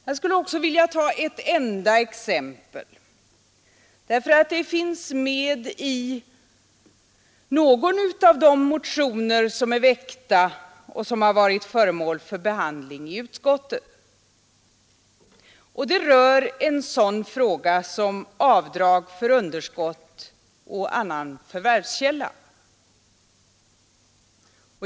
Jag skulle också vilja anföra ett enda exempel, eftersom det finns med i en av de i ärendet väckta motionerna, som har varit föremål för behandling i utskottet. Det rör en sådan fråga som avdrag för underskott i annan förvärvskälla.